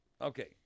Okay